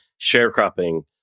sharecropping